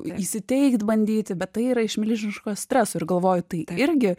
įsiteikt bandyti bet tai yra iš milžiniško streso ir galvoju tai irgi